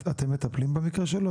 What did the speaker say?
אתם מטפלים במקרה שלו?